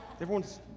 everyone's